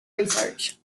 research